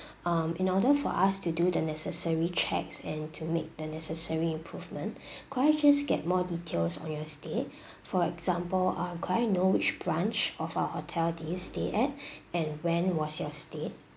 uh in order for us to do the necessary checks and to make the necessary improvement could I just get more details on your stay for example uh could I know which branch of our hotel did you stay at and when was your stay